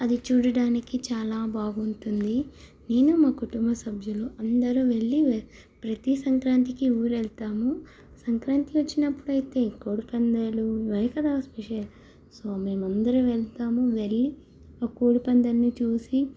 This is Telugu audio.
అది చూడడానికి చాలా బాగుంటుంది నేను మా కుటుంబ సభ్యులు అందరం వెళ్ళి ఎ ప్రతీ సంక్రాంతికి ఊరు వెళ్తాము సంక్రాంతి వచ్చినప్పుడు అయితే కోడి పందాలు ఇవే కదా స్పెషల్ సో మేము అందరం వెళ్తాము వెళ్ళి ఆ కోడి పందాల్ని చూసి